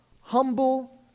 humble